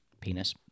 Penis